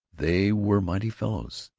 they were mighty fellows,